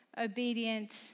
obedient